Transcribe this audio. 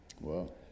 Wow